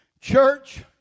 Church